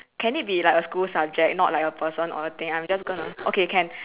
can it be like a school subject you know like a person or a thing I'm just gonna okay can